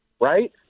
Right